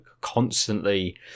constantly